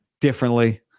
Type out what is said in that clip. differently